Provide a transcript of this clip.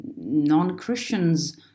non-Christians